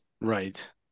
Right